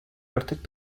artık